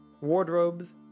wardrobes